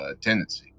tendency